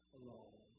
alone